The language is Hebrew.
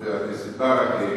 חבר הכנסת ברכה,